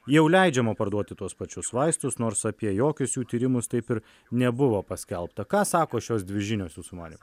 jau leidžiama parduoti tuos pačius vaistus nors apie jokius jų tyrimus taip ir nebuvo paskelbta ką sako šios dvi žinios jūsų manymu